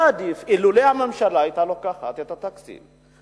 היה עדיף אילו הממשלה היתה לוקחת את התקציב,